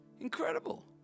incredible